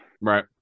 Right